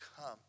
come